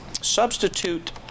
substitute